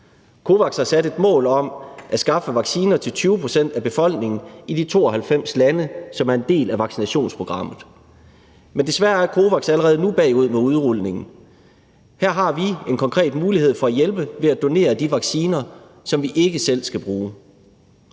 COVAX har sat et mål om at skaffe vacciner til 20 pct. af befolkningen i de 92 lande, som er en del af vaccinationsprogrammet. Men desværre er COVAX allerede nu bagud med udrulningen. Her har vi en konkret mulighed for at hjælpe ved at donere de vacciner, som vi ikke selv skal bruge.